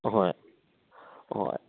ꯑꯍꯣꯏ ꯍꯣꯏ